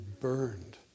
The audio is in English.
burned